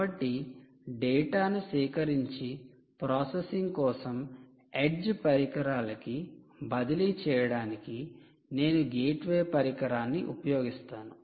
కాబట్టి డేటాను సేకరించి ప్రాసెసింగ్ కోసం ఎడ్జ్ పరికరాల కి బదిలీ చేయడానికి నేను గేట్వే పరికరాన్ని ఉపయోగిస్తాను